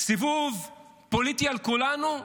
סיבוב פוליטי על כולנו,